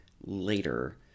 later